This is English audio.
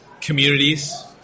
Communities